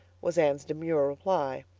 was anne's demure reply,